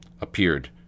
appeared